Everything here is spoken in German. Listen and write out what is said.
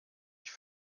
ich